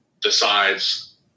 decides